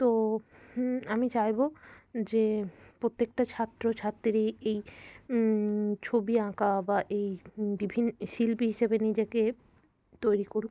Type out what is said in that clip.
তো আমি চাইবো যে প্রত্যেকটা ছাত্রছাত্রী এই ছবি আঁকা বা এই বিভিন্ন শিল্পী হিসেবে নিজেকে তৈরি করতে